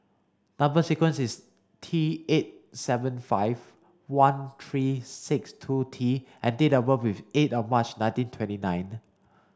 number sequence is T eight seven five one three six two T and date of birth is eight of March nineteen twenty nine